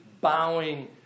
bowing